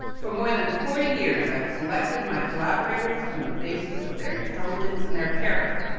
for more than forty years, i've selected my collaborators on the basis of their intelligence and their character.